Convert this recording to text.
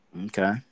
Okay